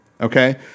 Okay